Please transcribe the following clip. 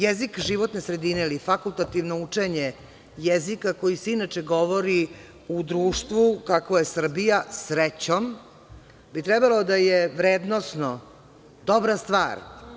Jezik životne sredine ili fakultativno učenje jezika koji se inače govori u društvu kakvo je Srbija, srećom, bi trebalo da je vrednosno dobra stvar.